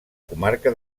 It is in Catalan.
comarca